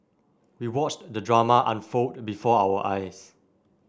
we watched the drama unfold before our eyes